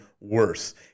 worse